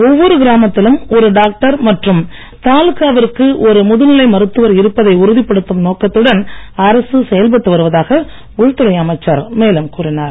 ஒவ்வொரு கிராமத்திலும் ஒரு டாக்டர் மற்றும் தாலுகாவிற்கு ஒரு முதுநிலை மருத்துவர் இருப்பதை உறுதிப்படுத்தும் நோக்கத்துடன் அரசு செயல்பட்டு வருவதாக உள்துறை அமைச்சர் மேலும் கூறினார்